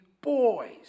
boys